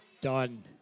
done